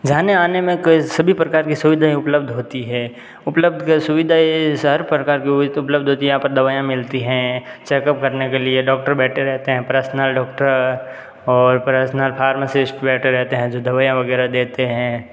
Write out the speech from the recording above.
जाने आने में कई सभी प्रकार की सुविधाएँ उपलब्ध होती है उपलब्ध सुविधाएँ हर प्रकार की हो गई उपलब्ध होती है यहाँ पे दवाएँ मिलती हैं चेकअप करने के लिए डॉक्टर बैठे रहते हैं प्रर्सनल डॉक्टर और प्रर्सनल फ़ार्मासिस्ट बैठे रहते हैं जो दवाईयाँ वगैरह देते हैं